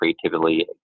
creatively